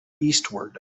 eastward